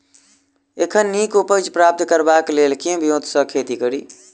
एखन नीक उपज प्राप्त करबाक लेल केँ ब्योंत सऽ खेती कड़ी?